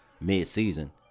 mid-season